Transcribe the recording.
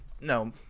no